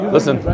Listen